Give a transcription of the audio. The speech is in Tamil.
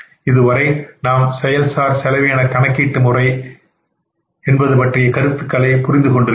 இதுவரை நாம் செயல் சார் செலவின கணக்கீட்டு முறை பற்றிய என்னுடைய கருத்துக்களை புரிந்து கொண்டிருக்கின்றோம்